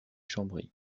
chambry